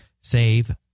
save